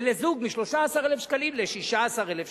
ולזוג מ-13,000 שקלים ל-16,000 שקלים.